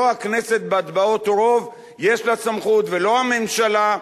לא הכנסת, בהצבעות רוב, יש לה סמכות, ולא הממשלה.